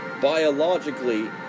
biologically